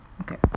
okay